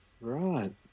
Right